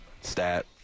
stat